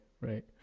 right